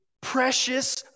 precious